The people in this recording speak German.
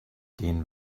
gehen